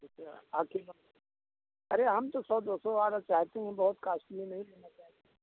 अरे हम तो सौ दो सौ वाला चाहते हैं बहुत कास्टली नहीं लेना चाहते